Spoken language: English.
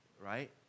Right